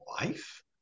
life